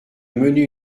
mener